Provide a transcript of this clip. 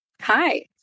Hi